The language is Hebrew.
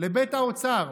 לבית האוצר,